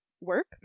work